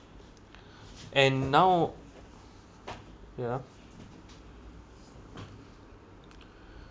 and now yeah